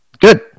Good